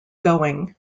going